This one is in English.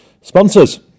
sponsors